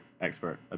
expert